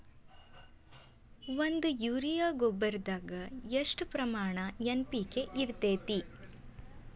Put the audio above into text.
ಒಂದು ಯೂರಿಯಾ ಗೊಬ್ಬರದಾಗ್ ಎಷ್ಟ ಪ್ರಮಾಣ ಎನ್.ಪಿ.ಕೆ ಇರತೇತಿ?